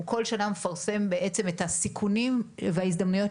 כל שנה הוא בעצם מפרסם את הסיכונים וההזדמנויות